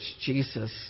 Jesus